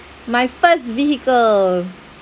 my first vehicle